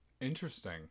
Interesting